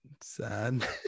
sad